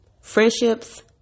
Friendships